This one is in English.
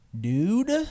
dude